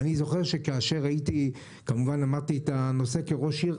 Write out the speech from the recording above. אני זוכר שכאשר כמובן למדתי את הנושא כראש עיר,